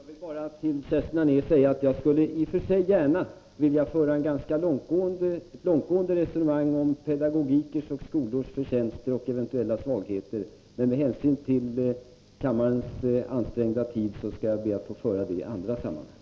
Herr talman! Jag vill bara till Kerstin Anér säga att jag i och för sig gärna skulle föra ett långtgående resonemang om olika pedagogikers och skolors förtjänster och eventuella svagheter. Men med hänsyn till kammarens ansträngda tidsschema skall jag be att få göra det i annat sammanhang.